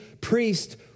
priest